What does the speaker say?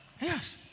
Yes